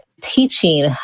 teaching